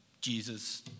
Jesus